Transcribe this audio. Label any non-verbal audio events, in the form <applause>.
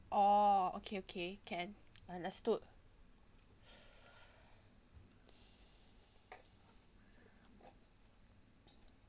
orh okay okay can understood <breath>